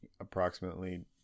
approximately